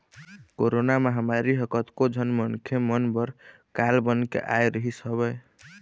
corona महामारी ह कतको झन मनखे मन बर काल बन के आय रिहिस हवय